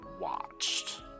watched